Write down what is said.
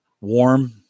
warm